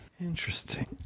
interesting